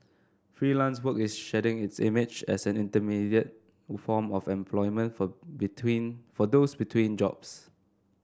freelance work is shedding its image as an intermediate form of employment for between for those between jobs